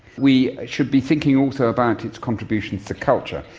we should be thinking also about its contributions to culture.